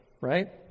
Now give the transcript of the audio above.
right